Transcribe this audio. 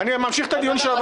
אני ממשיך את הדיון של הוועדה.